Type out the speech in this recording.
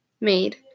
made